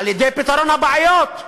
על-ידי פתרון הבעיות,